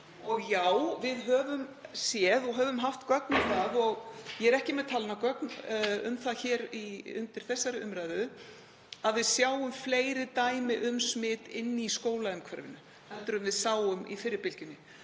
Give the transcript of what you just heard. Já, við höfum séð og höfum haft gögn um það, en ég er ekki með talnagögn um það undir þessari umræðu, að við sjáum fleiri dæmi um smit inni í skólaumhverfinu en við sáum í fyrri bylgjunni.